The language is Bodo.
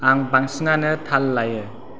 आं बांसिनानो थाल लायो